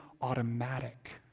automatic